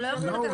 לא.